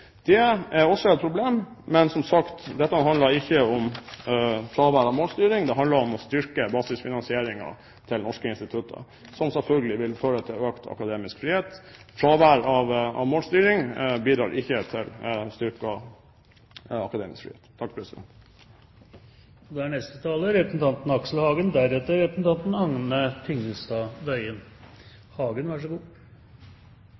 Det er også et problem. Men – som sagt – dette handler ikke om fravær av målstyring. Det handler om å styrke basisfinansieringen til norsk institutter, som selvfølgelig vil føre til økt akademisk frihet. Fravær av målstyring bidrar ikke til å styrke akademisk frihet. Innstillinga her i dag er